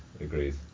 Agreed